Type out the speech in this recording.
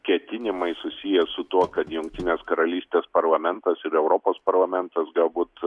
ketinimai susiję su tuo kad jungtinės karalystės parlamentas ir europos parlamentas galbūt